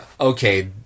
okay